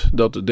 dat